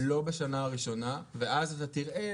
לא בשנה הראשונה ואז אתה תראה,